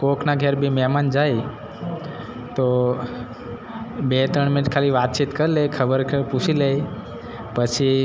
કોઈકના ઘેર બી મહેમાન જાય તો બે ત્રણ મિનિટ ખાલી વાતચીત કરી લે ખબર કે પૂછી લે પછી